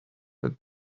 that